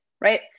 right